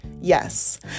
Yes